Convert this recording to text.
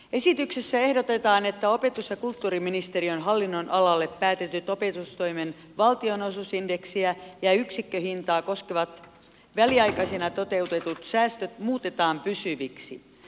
esityksessä ehdotetaan että opetus ja kulttuuriministeriön hallinnonalalle päätetyt opetustoimen valtionosuusindeksiä ja yksikköhintaa koskevat väliaikaisina toteutetut säästöt muutetaan pysyviksi